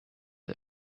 him